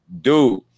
dude